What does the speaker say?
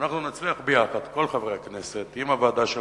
נצליח ביחד, כל חברי הכנסת, עם הוועדה שלנו,